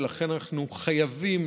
ולכן אנחנו חייבים,